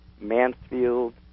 Mansfield